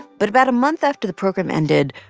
but about a month after the program ended,